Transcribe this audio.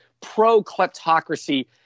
pro-kleptocracy